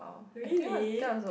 really